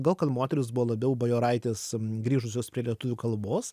gal kad moterys buvo labiau bajoraitės grįžusios prie lietuvių kalbos